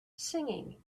singing